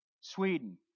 Sweden